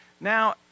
now